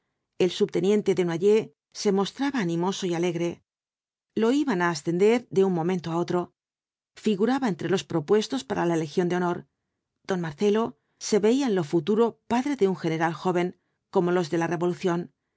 el subteniente desnoyers se mostraba animoso y alegre lo iban á ascender de un momento á otro figuraba entre los propuestos para la legión de honor don marcelo se veía en lo futuro padre de un general joven como los de la revolución